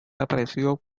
aparecido